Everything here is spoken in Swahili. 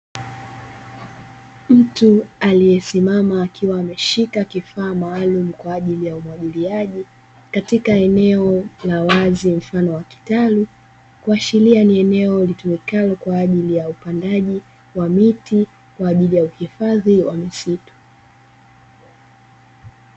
Mtu aliesisima akiwa ameshika kifaa maalumu, kwa ajili ya umwagiliaji katika eneo la wazi mfano wa kitalu kuashiria ni eneo litumikalo kwa ajili ya upandaji wa miti kwa ajili ya uhifadhi wa misitu.